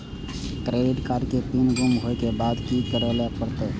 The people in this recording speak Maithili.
क्रेडिट कार्ड के पिन गुम होय के बाद की करै ल परतै?